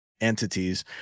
entities